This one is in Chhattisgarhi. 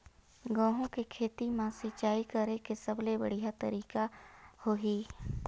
गंहू के खेती मां सिंचाई करेके सबले बढ़िया तरीका होही?